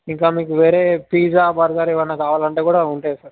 ఇంకా మీకు వేరే పిజ్జా బర్గర్ ఏమన్న కావాలంటే కూడా ఉంటాయి సార్